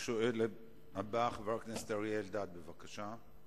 השואל הבא, חבר הכנסת אריה אלדד, בבקשה.